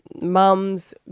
mum's